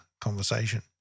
conversation